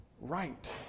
right